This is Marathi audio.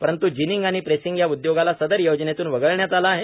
परंत् जिनिंग आणि प्रेसिंग या उद्योगाला सदर योजनेतून वगळण्यात आले आहे